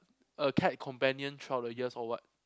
a cat companion throughout the years or what